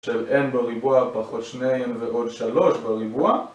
של n בריבוע פחות שני n ועוד שלוש בריבוע.